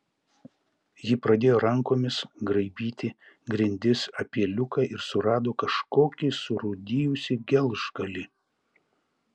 ji pradėjo rankomis graibyti grindis apie liuką ir surado kažkokį surūdijusį gelžgalį